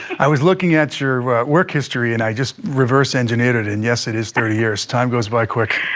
i was looking at your work history, and i just reversed engineered it, and yes, it is thirty years. time goes by quick.